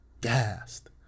gassed